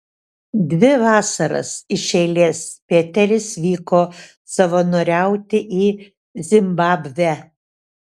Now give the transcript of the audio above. dvi vasaras iš eilės pėteris vyko savanoriauti į zimbabvę